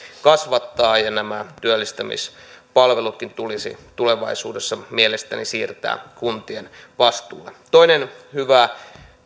kasvattaa ja nämä työllistämispalvelutkin tulisi tulevaisuudessa mielestäni siirtää kuntien vastuulle toinen hyvä